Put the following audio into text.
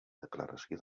declaració